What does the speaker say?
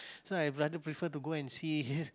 so I rather prefer to go and see